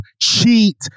cheat